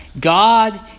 God